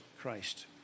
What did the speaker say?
Christ